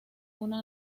una